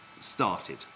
started